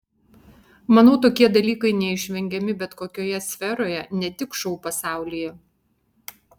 manau tokie dalykai neišvengiami bet kokioje sferoje ne tik šou pasaulyje